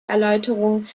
erläuterung